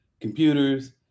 computers